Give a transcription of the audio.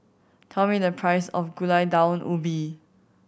tell me the price of Gulai Daun Ubi